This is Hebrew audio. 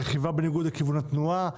רכיבה בניגוד לכיוון התנועה,